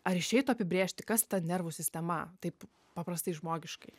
ar išeitų apibrėžti kas ta nervų sistema taip paprastai žmogiškai